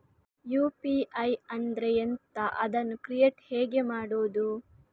UPI ಅಂದ್ರೆ ಎಂಥ? ಅದನ್ನು ಕ್ರಿಯೇಟ್ ಹೇಗೆ ಮಾಡುವುದು?